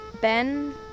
Ben